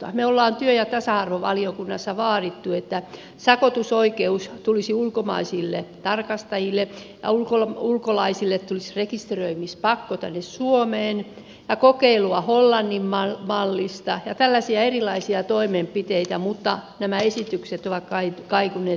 me olemme työ ja tasa arvovaliokunnassa vaatineet että sakotusoikeus tulisi ulkomaisille tarkastajille ja ulkolaisille tulisi rekisteröimispakko tänne suomeen ja tulisi kokeilua hollannin mallista ja tällaisia erilaisia toimenpiteitä mutta nämä esitykset ovat kaikuneet tyhjille korville